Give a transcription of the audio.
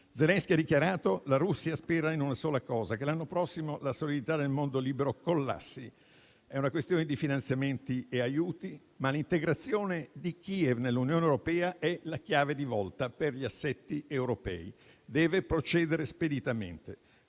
Zelensky ha dichiarato: la Russia spera in una sola cosa, che l'anno prossimo la solidarietà nel mondo libero collassi. È una questione di finanziamenti e aiuti, ma l'integrazione di Kiev nell'Unione europea è la chiave di volta per gli assetti europei e deve procedere speditamente.